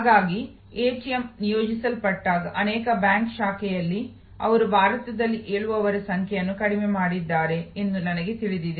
ಹಾಗಾಗಿ ಎಟಿಎಂ ನಿಯೋಜಿಸಲ್ಪಟ್ಟಾಗ ಅನೇಕ ಬ್ಯಾಂಕ್ ಶಾಖೆಗಳಲ್ಲಿ ಅವರು ಭಾರತದಲ್ಲಿ ಹೇಳುವವರ ಸಂಖ್ಯೆಯನ್ನು ಕಡಿಮೆ ಮಾಡಿದ್ದಾರೆ ಎಂದು ನನಗೆ ತಿಳಿದಿದೆ